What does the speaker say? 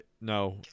no